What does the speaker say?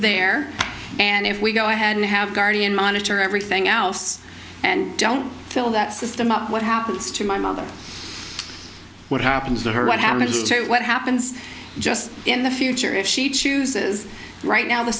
there and if we go i had to have guardian monitor everything else and i don't feel that system up what happens to my mother what happens to her what happens to what happens just in the future if she chooses right now the